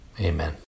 Amen